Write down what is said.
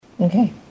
Okay